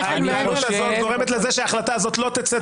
ההתנהלות הזאת גורמת לזה שההחלטה הזאת לא תצא מהוועדה,